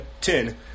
ten